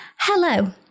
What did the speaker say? Hello